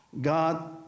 God